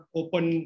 open